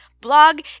blog